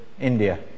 India